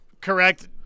correct –